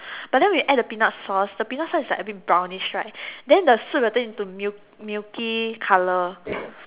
but then when you add the peanut space the peanut sauce is like a bit brownish right then the soup will turn into milk milky colour